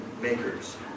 makers